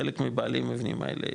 חלק מבעלי הבנים האלה,